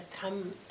come